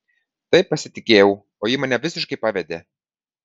taip pasitikėjau o ji mane visiškai pavedė